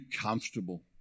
comfortable